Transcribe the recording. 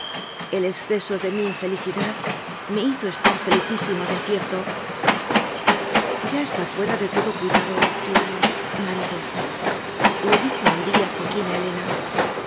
el exceso de mi infelicidad me hizo estay felicísimo de acierto ya está fuera de todo cuidado tu ma ridole dijo un día joaquín a helena